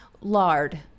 Lard